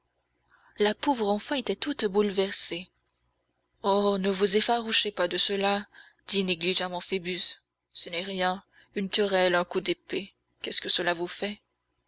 la pauvre enfant était toute bouleversée oh ne vous effarouchez pas de cela dit négligemment phoebus ce n'est rien une querelle un coup d'épée qu'est-ce que cela vous fait